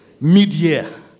Mid-year